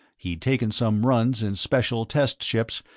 he'd taken some runs in special test ships,